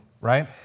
right